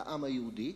לעם היהודי,